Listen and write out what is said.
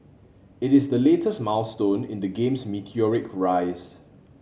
it is the latest milestone in the game's meteoric rise